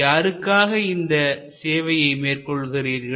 யாருக்காக இந்த சேவையை மேற்கொள்கிறார்கள்